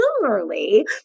similarly